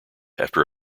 after